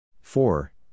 four